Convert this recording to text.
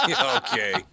Okay